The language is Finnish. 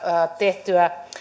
tehtyä